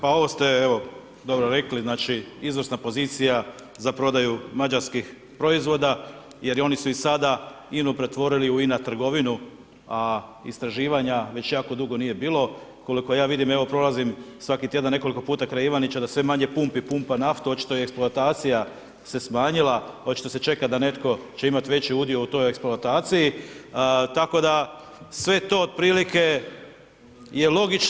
Pa ovo ste evo dobro rekli, znači, izvrsna pozicija za prodaju mađarskih proizvoda, jer i oni su sada INA-u pretvorili u INA trgovinu, a istraživanja već jako dugo nije bilo, koliko ja vidim, evo prolazim svaki tjedan nekoliko puta kraj Ivanića, da sve manje pumpi pumpa naftu, očito je i eksploatacija se smanjila, pa očito se čeka da netko će imat' veći udio u toj eksploataciji, tako da sve to otprilike je logično.